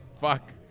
fuck